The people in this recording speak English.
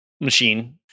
machine